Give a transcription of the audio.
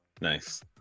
Nice